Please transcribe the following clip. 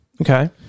Okay